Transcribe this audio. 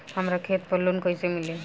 हमरा खेत पर लोन कैसे मिली?